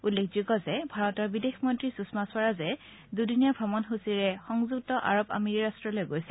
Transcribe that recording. উল্লেখযোগ্য যে ভাৰতৰ বিদেশ মন্ত্ৰী সুষমা স্বৰাজে দুদিনীয়া ভ্ৰমণসূচীৰে সংযুক্ত আৰৱ আমিৰি ৰাট্টলৈ গৈছে